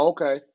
Okay